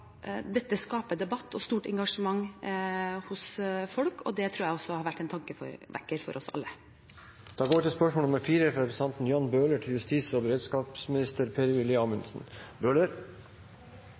dette skaper debatt og stort engasjement hos folk, og det tror jeg har vært en tankevekker for oss alle. Jeg tillater meg å stille følgende spørsmål til justis- og